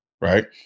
Right